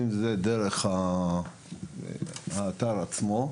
בדרך כלל זה דרך האתר עצמו,